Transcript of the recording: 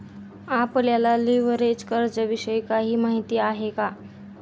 आपल्याला लिव्हरेज कर्जाविषयी काही माहिती आहे का?